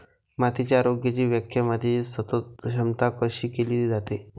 मातीच्या आरोग्याची व्याख्या मातीची सतत क्षमता अशी केली जाते